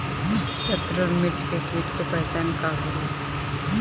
सत्रु व मित्र कीट के पहचान का होला?